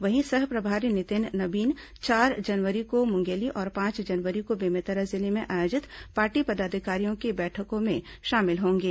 वहीं सह प्रभारी नितिन नबीन चार जनवरी को मुंगेली और पांच जनवरी को बेमेतरा जिले में आयोजित पार्टी पदाधिकारियों की बैठकों में शामिल होंगे